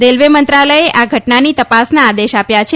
railway મંત્રાલયે આ ટઘનાની તપાસના આદેશ આપ્યા છે